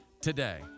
today